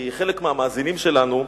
כי חלק מהמאזינים שלנו,